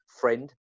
friend